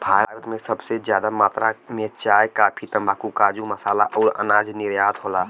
भारत से सबसे जादा मात्रा मे चाय, काफी, तम्बाकू, काजू, मसाला अउर अनाज निर्यात होला